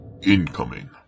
incoming